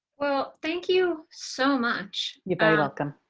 well, thank you so much. you're very welcome.